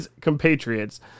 compatriots